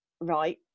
right